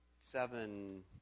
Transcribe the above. seven